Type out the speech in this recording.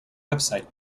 website